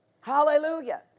Hallelujah